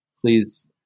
please